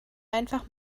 einfach